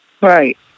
Right